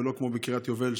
ולא כמו בקריית יובל,